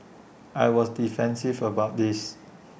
I was defensive about this